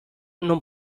non